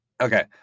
Okay